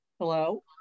Hello